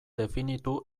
definitu